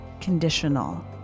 conditional